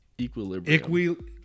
equilibrium